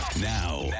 Now